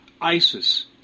ISIS